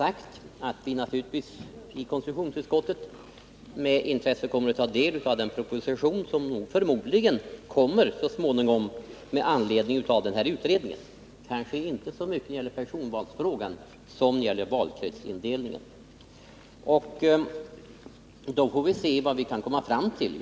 Vi kommer naturligtvis i konstitutionsutskottet med intresse att ta del av den proposition som förmodligen så småningom kommer att framläggas med anledning av den gjorda utredningen och som kanske inte så mycket kommer att ta upp personvalsfrågan som valkretsindelningen. Då får vi se vad vi kan komma fram till.